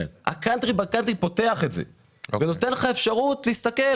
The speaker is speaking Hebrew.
ה- country by country פותח את זה ונותן לך אפשרות להסתכל.